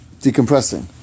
decompressing